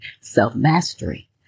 self-mastery